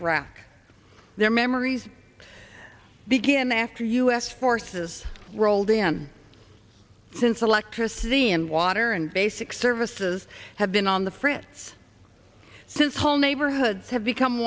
that rak their memories began after u s forces rolled in since electricity and water and basic services have been on the fritz since whole neighborhoods have become